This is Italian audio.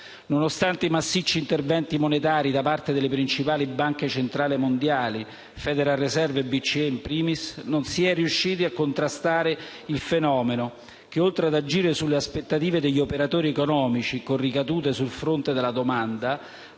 Nonostante i massicci interventi monetari da parte delle principali banche centrali mondiali, Federal Reserve e BCE *in primis*, non si è riusciti a contrastare il fenomeno che, oltre ad agire sulle aspettative degli operatori economici con ricadute sul fronte della domanda,